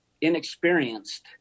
inexperienced